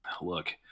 Look